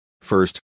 First